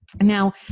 Now